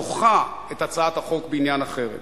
הדוחה את הצעת החוק בעניין החרם.